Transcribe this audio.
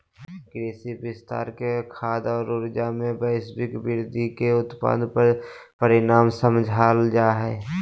कृषि विस्तार के खाद्य और ऊर्जा, में वैश्विक वृद्धि के प्रत्यक्ष परिणाम समझाल जा हइ